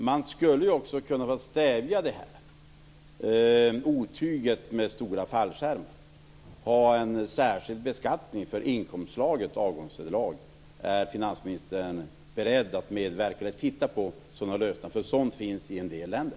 Man skulle ju också vilja stävja det här otyget med stora fallskärmar och ha en särskild beskattning för inkomstslaget avgångsvederlag. Är finansministern beredd att titta närmare på sådana lösningar? De finns i en del länder.